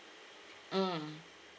mm